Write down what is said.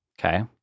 Okay